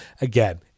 again